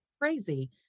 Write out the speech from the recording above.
crazy